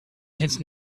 that’s